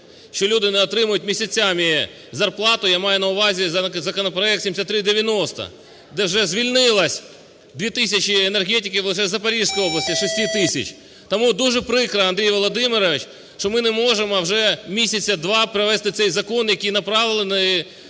що люди не отримують місяцями зарплату, я маю на увазі законопроект 7390, де вже звільнилось 2 тисячі енергетиків лише в Запорізькій області, з 6 тисяч. Тому дуже прикро, Андрій Володимирович, що ми не можемо вже місяця два провести цей закон, який направлений